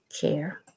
care